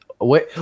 wait